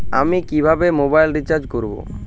আমি কিভাবে mobile recharge করব?